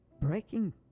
Breaking